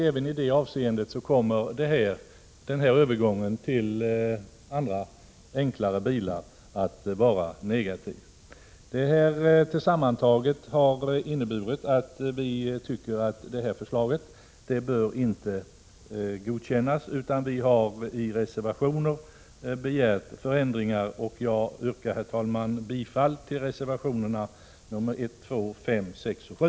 Även i detta avseende kommer övergången till enklare bilar att få negativa konsekvenser. Detta sammantaget innebär att vi tycker att propositionens förslag inte bör bifallas. Vi har i reservationer begärt förändringar. Jag yrkar därför, herr talman, bifall till reservationerna 1, 2 samt 5-7.